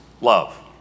love